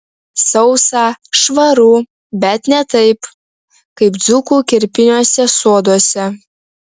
sausa švaru bet ne taip kaip dzūkų kerpiniuose soduose